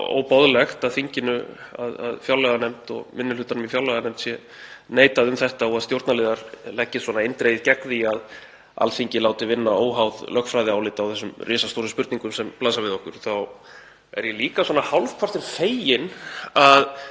af þinginu að fjárlaganefnd og minni hlutanum í fjárlaganefnd sé neitað um þetta og að stjórnarliðar leggist svona eindregið gegn því að Alþingi láti vinna óháð lögfræðiálit á þessum risastóru spurningum sem blasa við okkur, þá er ég líka hálfpartinn feginn að